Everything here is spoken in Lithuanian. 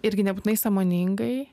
irgi nebūtinai sąmoningai